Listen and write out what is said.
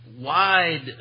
wide